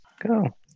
Go